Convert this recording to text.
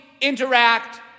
interact